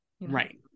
right